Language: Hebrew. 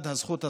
הזכות הזאת,